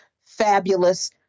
fabulous